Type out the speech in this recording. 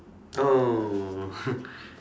oh